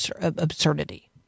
absurdity